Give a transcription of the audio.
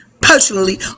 personally